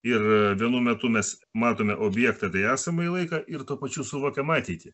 ir vienu metu mes matome objektątai esamąjį laiką ir tuo pačiu suvokiam ateitį